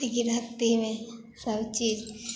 गिरहस्थीमे सबचीज